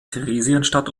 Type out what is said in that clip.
theresienstadt